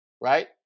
right